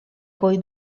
coi